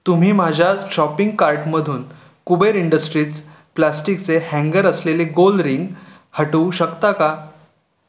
तुम्ही माझ्या शॉपिंग कार्टमधून कुबेर इंडस्ट्रीज प्लॅस्टिकचे हँगर असलेले गोल रिंग हटवू शकता का